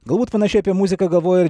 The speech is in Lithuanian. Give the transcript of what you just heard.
galbūt panašiai apie muziką galvoja ir